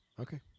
Okay